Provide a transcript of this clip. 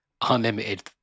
unlimited